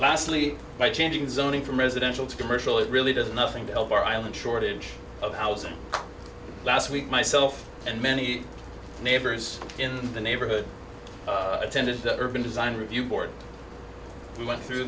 lastly by changing zoning from residential to commercial it really does nothing to help our island shortage of housing last week myself and many neighbors in the neighborhood attended the urban design review board we went through